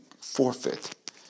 forfeit